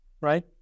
right